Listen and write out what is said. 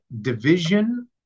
division